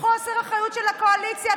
חוסר אחריות של הקואליציה.